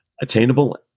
attainable